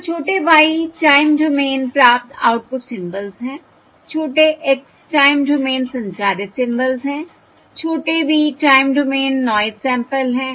तो छोटे y time domain प्राप्त आउटपुट सिंबल्स है छोटे x टाइम डोमेन संचारित सिंबल्स है छोटे v time domain noise sample है